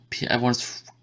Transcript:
everyone's